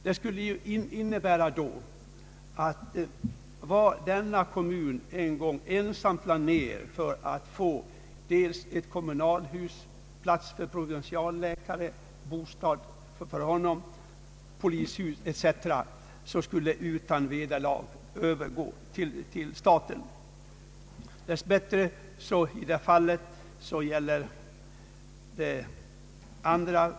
Det innebär att vad denna kommun en gång ensam betalade för att få, nämligen kommunalhus, plats för provinsialläkare, bostad för honom, polishus etc., nu utan vederlag skulle övergå till staten.